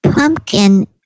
pumpkin